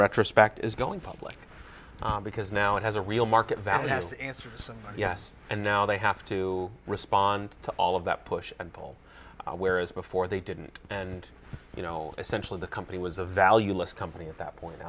retrospect is going public because now it has a real market value has answered yes and now they have to respond to all of that push and pull whereas before they didn't and you know essentially the company was a valueless company at that point